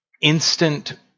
instant